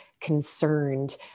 concerned